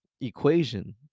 equation